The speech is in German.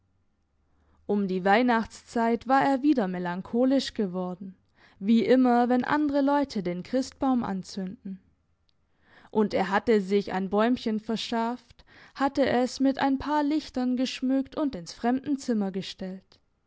um die weihnachtszeit war er wieder melancholisch geworden wie immer wenn andere leute den christbaum anzünden und er hatte sich ein bäumchen verschafft hatte es mit ein paar lichtern geschmückt und ins fremdenzimmer gestellt